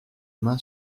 main